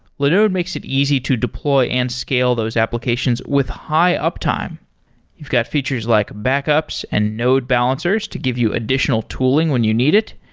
linode makes it easy to deploy and scale those applications with high-uptime you've got features like backups and node balancers to give you additional tooling when you need it.